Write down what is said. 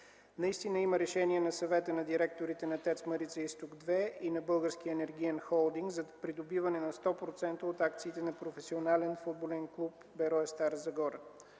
Наистина има решение на Съвета на директорите на ТЕЦ „Марица изток 2” и на Българския енергиен холдинг за придобиване на 100% от акциите на професионален футболен клуб „Берое” - Стара Загора.